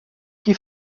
qui